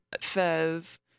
says